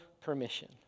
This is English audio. permission